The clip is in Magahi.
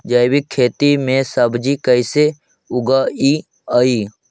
जैविक खेती में सब्जी कैसे उगइअई?